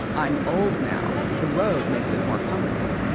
i'm old now, the road makes it more comfortable